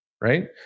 right